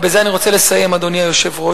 ובזה אני רוצה לסיים, אדוני היושב-ראש.